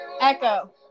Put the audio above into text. Echo